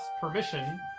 permission